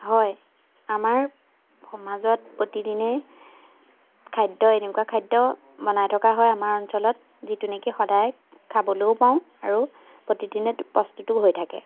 হয় আমাৰ সমাজত প্ৰতিদিনেই খাদ্য এনেকুৱা খাদ্য বনাই থকা হয় আমাৰ অঞ্চলত যিটো নেকি সদায় খাবলৈও পাওঁ আৰু প্ৰতিদিনে প্ৰস্তুতো হৈ থাকে